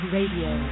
Radio